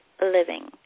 living